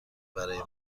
برای